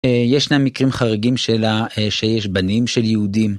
יש להם מקרים חריגים שיש בנים של יהודים.